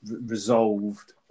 resolved